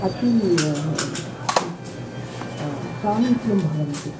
अति सामीप्यं भवति